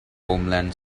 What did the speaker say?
homeland